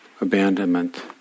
abandonment